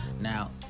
Now